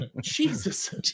Jesus